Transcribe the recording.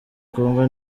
congo